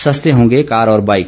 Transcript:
सस्ते होंगे कार और बाईक